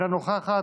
אינה נוכחת,